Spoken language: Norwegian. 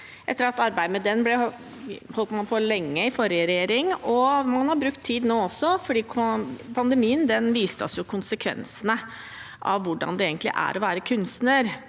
arbeidet lenge med den i forrige regjering, og man har brukt tid nå også, for pandemien viste oss konsekvensene av hvordan det egentlig er å være kunstner: